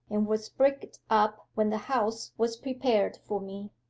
and was bricked up when the house was prepared for me.